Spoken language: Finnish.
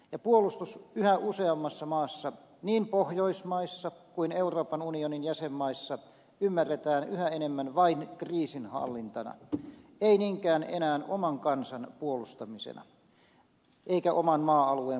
ja puolustus yhä useammassa maassa niin pohjoismaissa kuin euroopan unionin jäsenmaissa ymmärretään yhä enemmän vain kriisinhallintana ei niinkään enää oman kansan puolustamisena eikä oman maa alueen puolustamisena